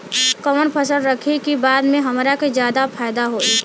कवन फसल रखी कि बाद में हमरा के ज्यादा फायदा होयी?